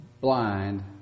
blind